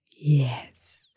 Yes